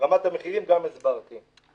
רמת המחירים גם הסברתי.